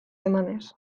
emanez